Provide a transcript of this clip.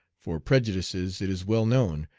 for prejudices, it is well known,